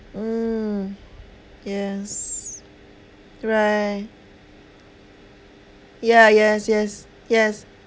mm yes right ya yes yes yes